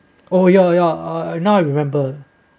oh ya ya uh now I remember